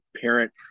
parent